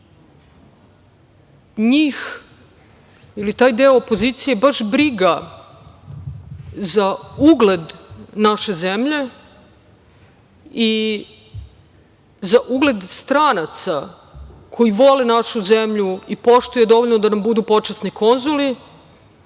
njih ili taj deo opozicije baš briga za ugled naše zemlje i za ugled stranaca koji vole našu zemlju i poštuju je dovoljno da nam budu počasni konzuli,